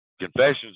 Confessions